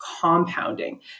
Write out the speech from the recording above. compounding